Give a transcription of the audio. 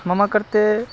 मम कृते